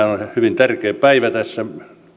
hyvin tärkeä päivä tässä